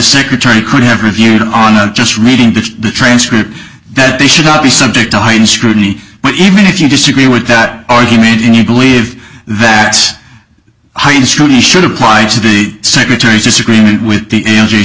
secretary could have reviewed on not just reading the transcript that they should not be subject to heightened scrutiny but even if you disagree with that argument in you believe that heightened scrutiny should apply to the secretary's disagreement with the